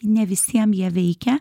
ne visiem jie veikia